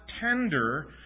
tender